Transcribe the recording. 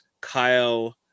kyle